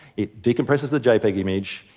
it decompresses the jpeg image,